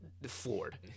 Floored